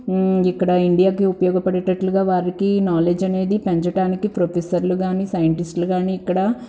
ఇక్కడ ఇండియాకి ఉపయోగపడేటట్లుగా వారికి నాలెడ్జ్ అనేది పెంచటానికి ప్రొఫెసర్లు కానీ సైంటిస్టులు కానీ ఇక్కడ